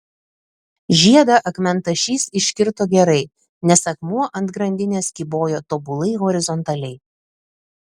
žiedą akmentašys iškirto gerai nes akmuo ant grandinės kybojo tobulai horizontaliai